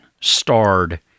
starred